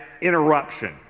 interruption